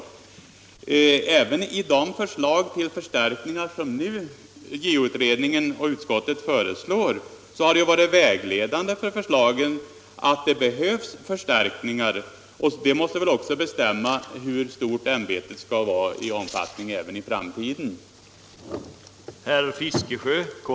Vägledande även för de förslag som JO-utredningen och utskottet lägger fram har varit att förstärkningar behövs. Detta behov måste väl även i framtiden bestämma hur stort ämbetet skall vara.